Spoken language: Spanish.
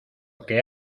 que